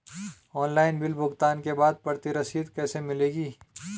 Online bill भुगतान के बाद प्रति रसीद कैसे मिलेगी?